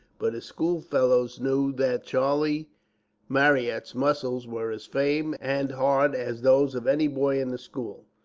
but his schoolfellows knew that charlie marryat's muscles were as firm and hard as those of any boy in the school.